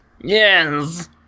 Yes